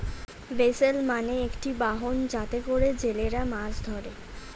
vessel মানে একটি বাহন যাতে করে জেলেরা মাছ ধরে